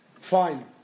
Fine